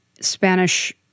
Spanish